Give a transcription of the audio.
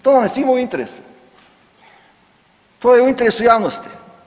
To vam je svima u interesu, to je u interesu javnosti.